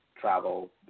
travel